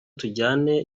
tujyane